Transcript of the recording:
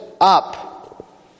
up